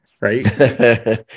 Right